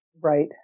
Right